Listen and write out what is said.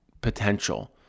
potential